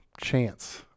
chance